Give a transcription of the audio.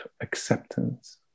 acceptance